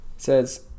Says